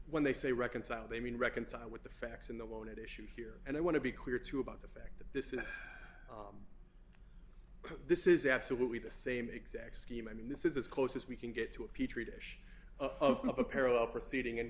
when they say reconcile they mean reconcile with the facts in the one at issue here and i want to be clear to you about the fact that this is this is absolutely the same exact scheme i mean this is as close as we can get to a petri dish of a parallel proceeding and